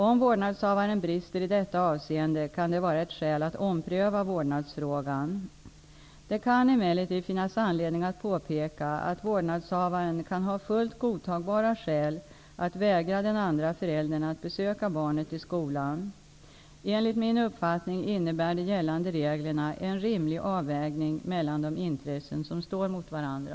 Om vårdnadshavaren brister i detta avseende kan det vara ett skäl att ompröva vårdnadsfrågan. Det kan emellertid finnas anledning att påpeka att vårdnadshavaren kan ha fullt godtagbara skäl att vägra den andra föräldern att besöka barnet i skolan. Enligt min uppfattning innebär de gällande reglerna en rimlig avvägning mellan de intressen som står mot varandra.